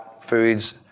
foods